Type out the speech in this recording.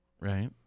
right